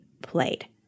played